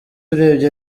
urebye